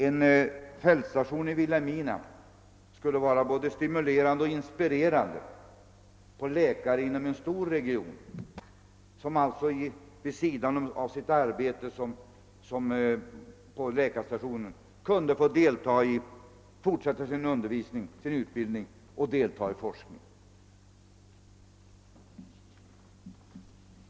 En fältstation i Vilhelmina skulle vara stimu lerande och inspirerande för läkare inom en stor region. De skulle vid sidan av arbetet på läkarstationen få fortsätta sin utbildning och delta i forskning.